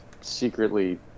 secretly